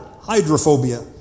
hydrophobia